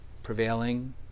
prevailing